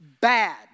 Bad